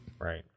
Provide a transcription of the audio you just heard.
Right